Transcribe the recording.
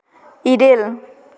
ᱤᱨᱟᱹᱞ